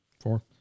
Four